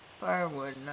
firewood